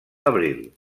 abril